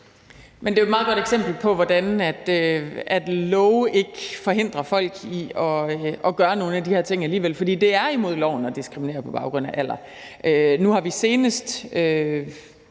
Det er jo et meget godt eksempel på, hvordan love ikke forhindrer folk i at gøre nogle af de her ting alligevel, for det er imod loven at diskriminere på baggrund af alder. Nu har vi senest,